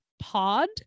Pod